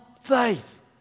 faith